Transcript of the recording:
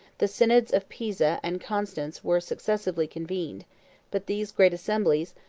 the synods of pisa and constance were successively convened but these great assemblies,